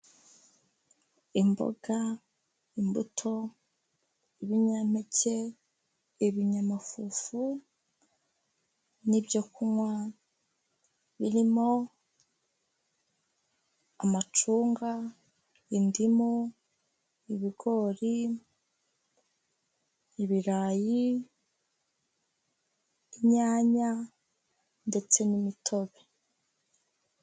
Imboga, imbuto, ibinyampeke, ibinyamafufu n'ibyo kunywa birimo amacunga, indimu, ibigori, ibirayi, inyanya ndetse n'imitobe.